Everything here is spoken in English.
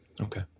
Okay